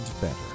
Better